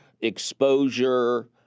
exposure